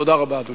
תודה רבה, אדוני.